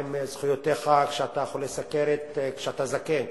מהן זכויותיך כשאתה חולה סוכרת כשאתה זקן?